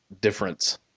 difference